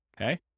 okay